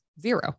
zero